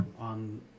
on